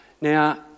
Now